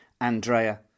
Andrea